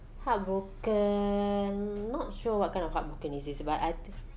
heartbroken not sure what kind of heartbroken is this but I think